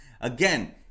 Again